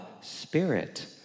Spirit